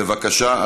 בבקשה,